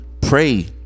pray